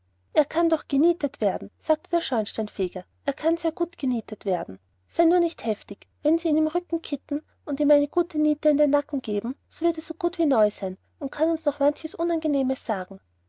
er kann noch genietet werden sagte der schornsteinfeger er kann sehr gut genietet werden sei nur nicht heftig wenn sie ihn im rücken kitten und ihm eine gute niete im nacken geben so wird er so gut wie neu sein und kann uns noch manches unangenehme sagen